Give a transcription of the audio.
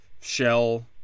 Shell